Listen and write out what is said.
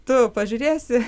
tu pažiūrėsi